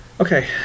Okay